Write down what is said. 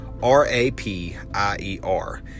r-a-p-i-e-r